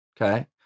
okay